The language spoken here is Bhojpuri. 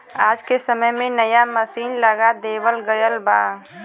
आज के समय में नया मसीन लगा देवल गयल बा